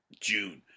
June